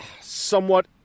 somewhat